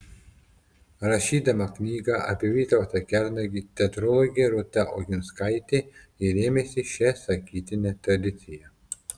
rašydama knygą apie vytautą kernagį teatrologė rūta oginskaitė ir rėmėsi šia sakytine tradicija